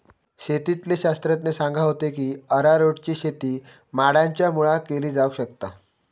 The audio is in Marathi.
शेतीतले शास्त्रज्ञ सांगा होते की अरारोटची शेती माडांच्या मुळाक केली जावक शकता